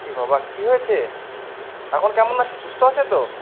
এ বাবা কী হয়েছে এখন কেমন আছে সুস্থ আছে তো